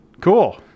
Cool